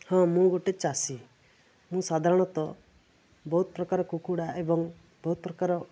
ହଁ ମୁଁ ଗୋଟେ ଚାଷୀ ମୁଁ ସାଧାରଣତଃ ବହୁତ ପ୍ରକାର କୁକୁଡ଼ା ଏବଂ ବହୁତ ପ୍ରକାର